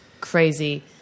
crazy